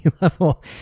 level